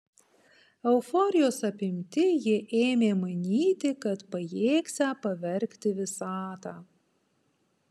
euforijos apimti jie ėmė manyti kad pajėgsią pavergti visatą